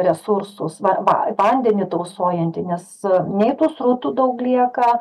resursų svarba vandenį tausojanti nes nei tų srutų daug lieka